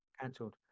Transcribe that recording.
Cancelled